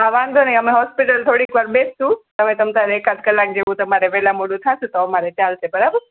હા વાંધો નહીં અમે હોસ્પિટલ થોડીક વાર બેસીશું તમે તમે ત્યારે એકાદ કલાક જેવું તમારે વહેલા મોડું થશે તો અમારે ચાલશે બરાબર